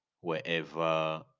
wherever